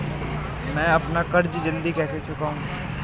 मैं अपना कर्ज जल्दी कैसे चुकाऊं?